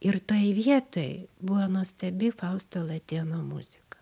ir toj vietoj buvo nuostabi fausto latėno muzika